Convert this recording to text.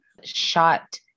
shot